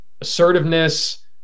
assertiveness